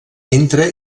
entra